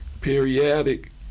periodic